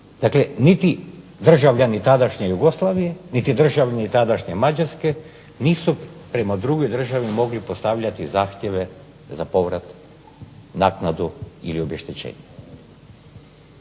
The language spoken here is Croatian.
Dakle, niti državljani tadašnje Jugoslavije, niti državljani tadašnje Mađarske nisu prema drugoj državi mogli postavljati zahtjeve za povrat, naknadu ili obeštećenje